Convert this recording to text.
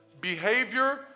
Behavior